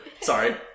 Sorry